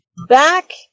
Back